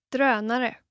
Drönare